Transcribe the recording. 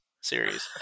series